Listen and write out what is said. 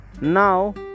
Now